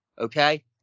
okay